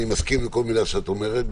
אני מסכים עם כל מילה שאת אומרת,